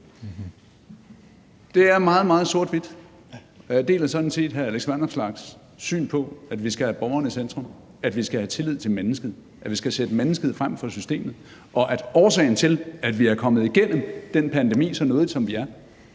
Det er meget, meget sort-hvidt, og jeg deler sådan set hr. Alex Vanopslaghs synspunkt om, at vi skal have borgerne i centrum, at vi skal have tillid til mennesket, at vi skal sætte mennesket frem for systemet, og at årsagen til, at vi er kommet igennem den pandemi så nådigt, som vi er,